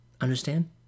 Understand